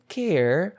care